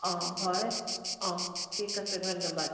অঁ হয় অঁ ঠিক আছে ধন্যবাদ